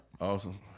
Awesome